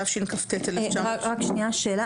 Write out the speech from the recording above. תשכ"ט-1969- -- שנייה,